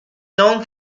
known